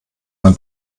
man